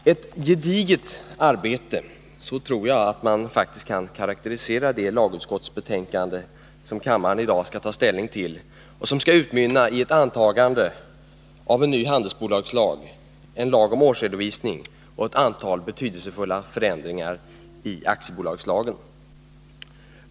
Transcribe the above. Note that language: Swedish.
Herr talman! ”Ett gediget arbete” — så skulle man kunna karakterisera det lagutskottsbetänkande som kammaren i dag skall ta ställning till och som skall utmynna i antagandet av en ny handelsbolagslag, en ny lag om årsredovisning och ett antal betydelsefulla förändringar i aktiebolagslagen.